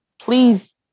Please